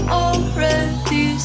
already